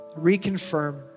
reconfirm